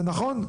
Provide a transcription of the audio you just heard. זה נכון?